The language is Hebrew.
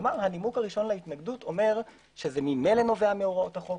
כלומר הנימוק הראשון להתנגדות אומר שזה ממילא נובע מהוראות החוק